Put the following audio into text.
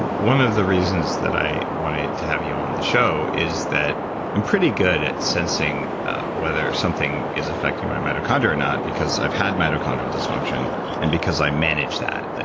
one of the reasons that i wanted to have you on the show is that i'm pretty good at sensing whether something is affecting my mitochondria or not because i've had mitochondrial disfunction and because i manage that,